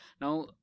now